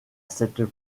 cette